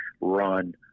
run